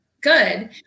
Good